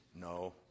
no